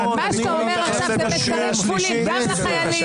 מה שאתה אומר עכשיו זה מסרים כפולים גם לחיילים.